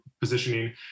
positioning